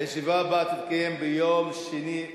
הישיבה הבאה תתקיים ביום שני,